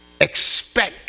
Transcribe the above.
expect